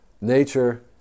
nature